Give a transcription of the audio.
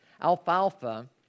Alfalfa